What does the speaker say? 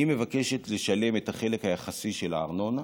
אני מבקשת לשלם את החלק היחסי של הארנונה